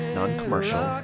non-commercial